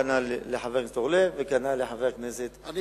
כנ"ל לחבר הכנסת אורלב וכנ"ל לחבר הכנסת אורי אריאל.